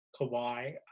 Kawhi